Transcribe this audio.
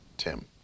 Tim